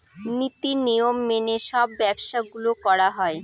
নীতি নিয়ম মেনে সব ব্যবসা গুলো করা হয়